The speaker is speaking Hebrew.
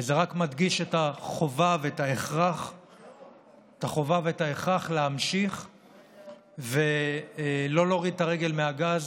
וזה רק מדגיש את החובה ואת ההכרח להמשיך ולא להוריד את הרגל מהגז